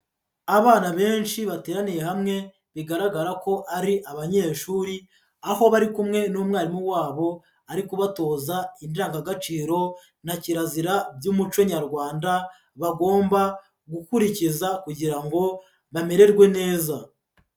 Abana benshi bateraniye hamwe bigaragara ko ari abanyeshuri, aho bari kumwe n'umwarimu wabo ari kubatoza indangagaciro na kirazira by'umuco Nyarwanda, bagomba gukurikiza kugira ngo bamererwe neza.